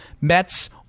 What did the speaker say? Mets